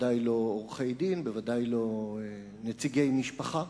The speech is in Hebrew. בוודאי לא עורכי-דין, בוודאי לא נציגי משפחה.